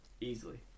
Easily